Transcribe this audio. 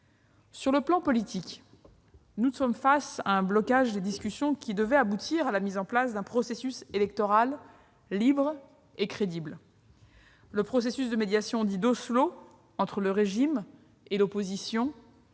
Sur le plan politique, nous sommes confrontés à un blocage des discussions qui devaient aboutir à la mise en place d'un processus électoral libre et crédible. Le processus de médiation dit d'Oslo entre le régime et l'opposition